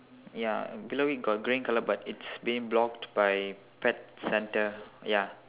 ya below it got green colour but it's being blocked by pet centre ya